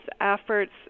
efforts